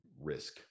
risk